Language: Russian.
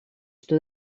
что